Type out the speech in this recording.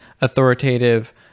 authoritative